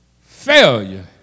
failure